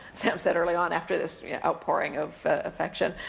sam said early on after this yeah outpouring of affection,